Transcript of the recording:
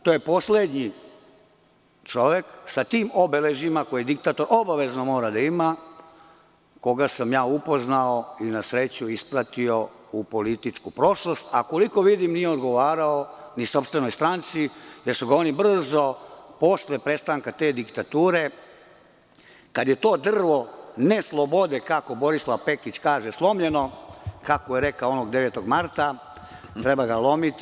To je poslednji čovek sa tim obeležjima koje diktator obavezno mora da ima, koga sam ja upoznao i na sreću ispratio u političku prošlost, a koliko vidim nije odgovarao ni sopstvenoj stranci, jer su ga oni brzo posle prestanka te diktature, kad je to drvo neslobode, kako Borislav Pekić kaže slomljeno, kako je rekao onog 9. marta, treba ga lomiti…